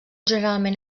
generalment